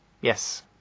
Yes